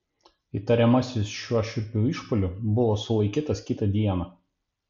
įtariamasis šiuo šiurpiu išpuoliu buvo sulaikytas kitą dieną